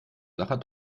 sacher